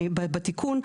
בתיקון,